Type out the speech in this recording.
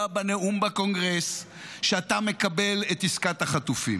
בנאום בקונגרס שאתה מקבל את עסקת החטופים,